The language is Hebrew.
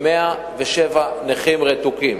107 נכים רתוקים,